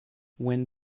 when